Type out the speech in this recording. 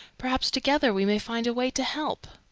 perhaps together we may find a way to help.